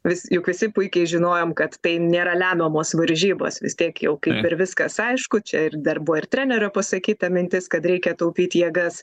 vis juk visi puikiai žinojom kad tai nėra lemiamos varžybos vis tiek jau kaip ir viskas aišku čia ir dar buvo ir trenerio pasakyta mintis kad reikia taupyt jėgas